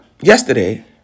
yesterday